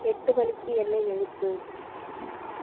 எட்டு மணிக்கு என்னை எழுப்பு